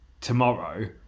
Tomorrow